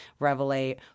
Revelate